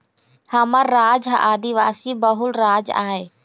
हमर राज ह आदिवासी बहुल राज आय